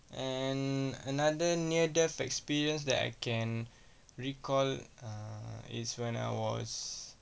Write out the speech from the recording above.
and another near death experience that I can recall uh is when I was